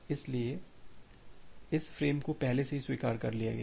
इसलिए इस फ्रेम को पहले ही स्वीकार कर लिया गया है